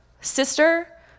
sister